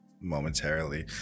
momentarily